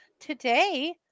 today